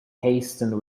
hasten